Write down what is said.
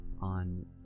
on